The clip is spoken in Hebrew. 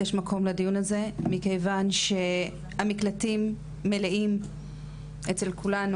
מכיוון שהמקלטים מלאים אצל כולנו.